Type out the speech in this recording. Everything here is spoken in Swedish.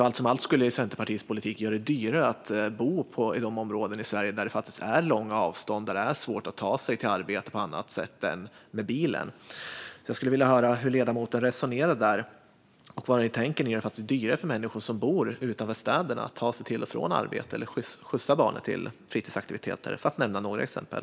Allt som allt skulle Centerpartiets politik göra det dyrare att bo i de områden i Sverige där det faktiskt är långa avstånd och där det är svårt att ta sig till arbete på annat sätt än med bilen. Jag skulle vilja höra hur ledamoten resonerar där. Som ni tänker är det faktiskt dyrare för människor som bor utanför stan att ta sig till och från arbetet eller skjutsa barn till fritidsaktiviteter, för att nämna några exempel.